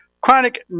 chronic